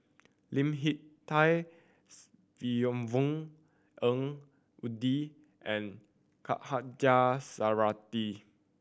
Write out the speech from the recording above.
Lim Hak Tai Yvonne Ng Uhde and Khatijah Surattee